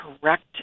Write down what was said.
correct